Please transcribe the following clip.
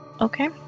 Okay